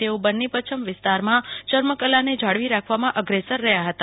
તેઓ બન્ની પચ્છમ વિસ્તારમાં ચર્મકલાને જાળવી રાખવામાં અગ્રેસર રહ્યા હતા